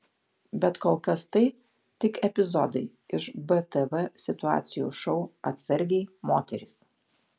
bet kol kas tai tik epizodai iš btv situacijų šou atsargiai moterys